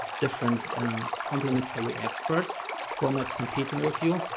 different complementary experts who are not competing with you.